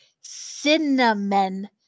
cinnamon